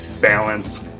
balance